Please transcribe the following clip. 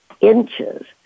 inches